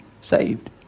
saved